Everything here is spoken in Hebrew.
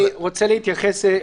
אני רוצה להתייחס.